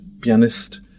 pianist